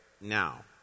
now